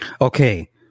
Okay